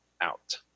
out